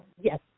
Yes